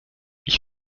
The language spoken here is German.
ich